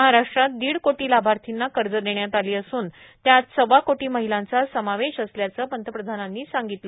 महाराष्ट्रात दीड कोटी लाभार्थींना कर्जे देण्यात आली असूनए त्यात सव्वा कोटी महिलांचा समावेश असल्याच पंतप्रधानांनी सांगितले